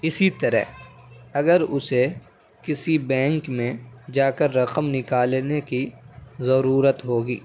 اسی طرح اگر اسے کسی بینک میں جا کر رقم نکالنے کی ضرورت ہوگی